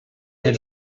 had